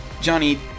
Johnny